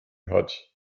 hat